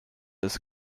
ist